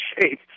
shape